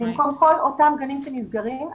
במקום כל אותם גנים שנסגרים,